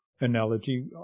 analogy